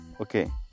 Okay